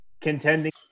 contending